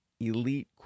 elite